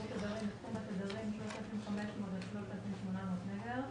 עבור תדרים בתחום התדרים 3,500 עד 3,800 מגה-הרץ,